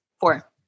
Four